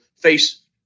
face